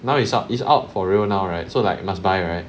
now it's out it's out for real now right so like you must buy right